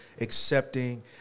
accepting